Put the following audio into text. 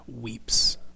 weeps